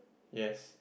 yes